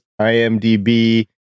IMDb